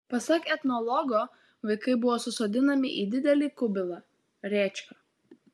pasak etnologo vaikai buvo susodinami į didelį kubilą rėčką